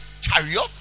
chariot